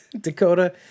Dakota